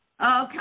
Okay